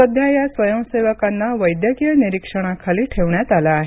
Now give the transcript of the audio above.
सध्या या स्वयंसेवकांना वैद्यकीय निरीक्षणाखाली ठेवण्यात आले आहे